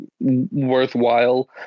worthwhile